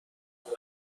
اومد